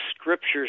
Scriptures